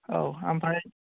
औ ओमफ्राय